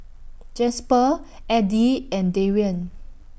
Jasper Edie and Darien